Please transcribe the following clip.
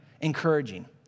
encouraging